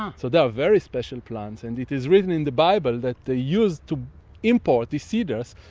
um so they are very special plants and it is written in the bible that they used to import these cedars,